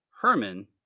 Herman